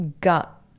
gut